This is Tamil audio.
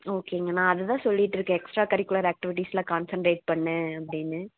ஓகேங்க நான் அதை தான் சொல்லிகிட்டுருக்கேன் எக்ஸ்ட்ரா கரிக்குலர் அக்ட்டிவிட்டிஸ்ல கான்சண்ட்ரேட் பண்ணு அப்படின்னு